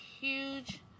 huge